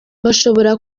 bashobora